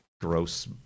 gross